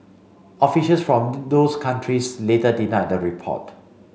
officials from those countries later denied the report